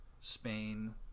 Spain